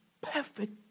perfect